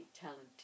talented